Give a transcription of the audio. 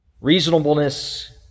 Reasonableness